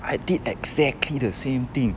I did exactly the same thing